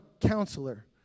counselor